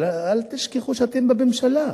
אבל אל תשכחו שאתן בממשלה.